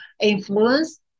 influence